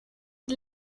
het